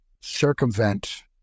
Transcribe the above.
circumvent